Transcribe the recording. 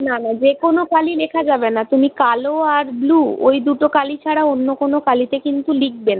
না না যে কোনো কালি লেখা যাবে না তুমি কালো আর ব্লু ওই দুটো কালি ছাড়া অন্য কোনো কালিতে কিন্তু লিখবে না